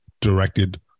directed